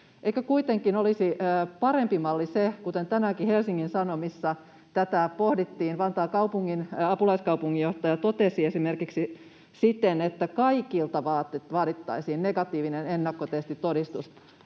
kuitenkin olisi parempi malli se — kuten tänäänkin Helsingin Sanomissa pohdittiin, esimerkiksi Vantaan apulaiskaupunginjohtaja totesi siitä — että kaikilta vaadittaisiin negatiivinen ennakkotestitodistus?